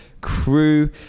crew